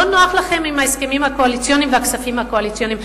לא נוח לכם עם ההסכמים הקואליציוניים והכספים הקואליציוניים.